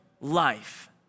life